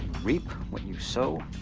reap what you sow,